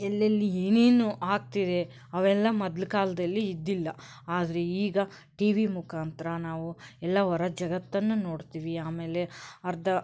ಎಲ್ಲೆಲ್ಲಿ ಏನೇನು ಆಗ್ತಿದೆ ಅವೆಲ್ಲ ಮೊದ್ಲ ಕಾಲದಲ್ಲಿ ಇದ್ದಿಲ್ಲ ಆದರೆ ಈಗ ಟಿವಿ ಮುಖಾಂತರ ನಾವು ಎಲ್ಲ ಹೊರ ಜಗತ್ತನ್ನು ನೋಡ್ತೀವಿ ಆಮೇಲೆ ಅರ್ಧ